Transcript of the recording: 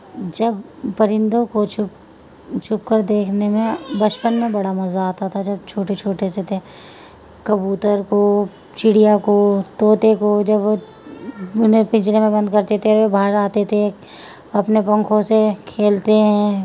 جب پرندوں کو چھپ چھپ کر دیکھنے میں بچپن میں بڑا مزہ آتا تھا جب چھوٹے چھوٹے سے تھے کبوتر کو چڑیا کو طوطے کو جب وہ انہیں پھچنے میں بند کرتے تھے اور وہ باہر آتے تھے اپنے پنکھوں سے کھیلتے ہیں